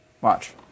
Watch